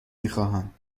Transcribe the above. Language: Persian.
میخواهم